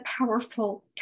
powerful